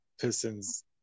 Pistons